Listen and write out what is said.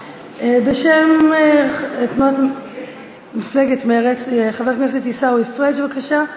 בשם מפלגת מרצ, חבר הכנסת עיסאווי פריג', בבקשה.